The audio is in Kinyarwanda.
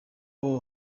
abo